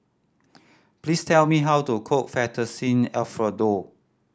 please tell me how to cook Fettuccine Alfredo